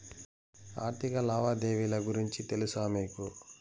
ఆర్థిక లావాదేవీల గురించి తెలుసా మీకు